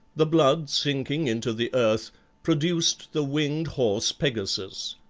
the blood sinking into the earth produced the winged horse pegasus.